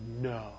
no